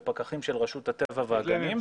בפקחים של רשות הטבע והגנים.